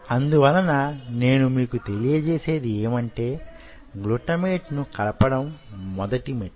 అందువలన నేను మీకు తెలియజేసేది యేమంటే గ్లుటమేట్ ను కలపడం మొదటి మెట్టు